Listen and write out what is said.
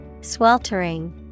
Sweltering